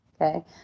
Okay